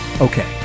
Okay